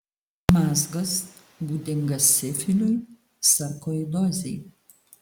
mazgas būdingas sifiliui sarkoidozei